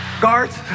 Guards